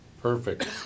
perfect